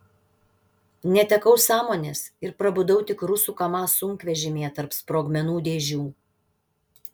netekau sąmonės ir prabudau tik rusų kamaz sunkvežimyje tarp sprogmenų dėžių